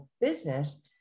business